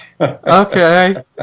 Okay